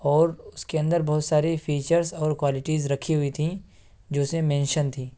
اور اس کے اندر بہت سارے فیچرس اور کوالٹیز رکھی ہوئیں تھیں جو اس میں مینشن تھیں